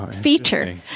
feature